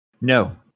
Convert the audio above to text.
No